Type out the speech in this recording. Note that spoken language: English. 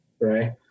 right